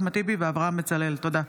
אחמד טיבי ואברהם בצלאל בנושא: